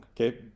Okay